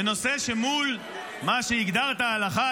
בנושא שבו מול מה שהגדרת "הלכה",